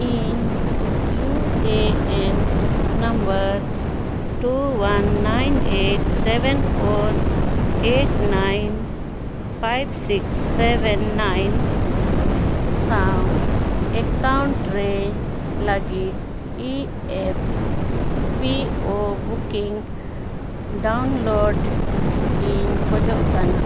ᱤᱧ U A N number two one nine eight seven four eight nine five six seven nine ᱥᱟᱶ account ᱨᱮ ᱞᱟᱹᱜᱤᱫ E P F O booking download ᱤᱧ ᱠᱷᱚᱡᱚᱜ ᱠᱟᱱᱟ